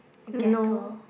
a gateau